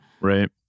Right